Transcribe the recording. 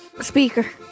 Speaker